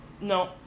No